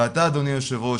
ואתה אדוני היו"ר,